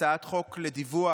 הצעת חוק לדיווח